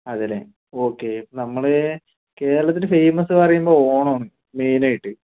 അതെയല്ലേ ഓക്കേ നമ്മൾ കേരളത്തിൽ ഫെയ്മസ് എന്ന് പറയുമ്പോൾ ഓണമാണ് മെയിൻ ആയിട്ട്